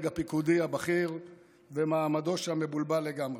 הפיקודי הבכיר ומעמדו שם מבולבל לגמרי.